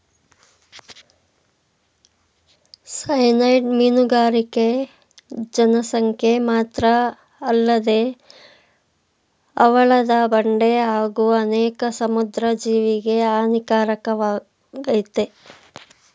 cyanide ಮೀನುಗಾರಿಕೆ ಜನಸಂಖ್ಯೆ ಮಾತ್ರಅಲ್ಲದೆ ಹವಳದ ಬಂಡೆ ಹಾಗೂ ಅನೇಕ ಸಮುದ್ರ ಜೀವಿಗೆ ಹಾನಿಕಾರಕವಾಗಯ್ತೆ